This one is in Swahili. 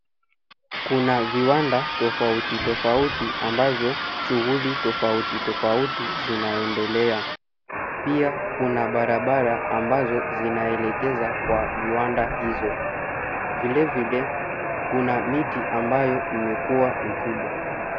kuna viwanda tofauti tofauti ambavyo shughuli tofauti tofauti zinaendelea, pia kuna barabara ambazo zinaelezeka kwa viwanda hizo. Vile vile kuna miti ambayo imekuwa mikubwa.